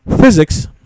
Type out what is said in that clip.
physics